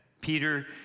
Peter